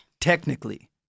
Technically